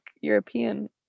european